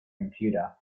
computer